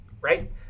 right